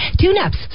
tune-ups